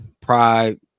pride